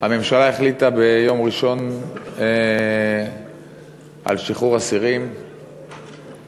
הממשלה החליטה ביום ראשון על שחרור אסירים כחלק,